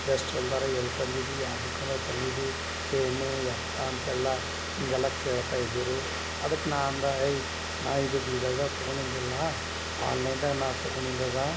best ಹೊಲ್ದಾರ ಎಲ್ಲ ತಂದಿದ್ದಿ ಯಾವ ದುಖಾನದಾಗೆ ತಂದಿದ್ದಿ ಏನು ಎತ್ತ ಅಂತೆಲ್ಲ ಹೀಗೆಲ್ಲ ಕೇಳ್ತಾ ಇದ್ದರು ಅದಕ್ಕೆ ನಾ ಅಂದೆ ಏಯ್ ನಾ ಇದು ಬೀದರ್ದಾಗೆ ತೊಗೊಂಡಿದಿಲ್ಲ ಆನ್ಲೈನ್ದಾಗೆ ನಾ ತೊಗೊಂಡಿದದ